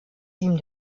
ihm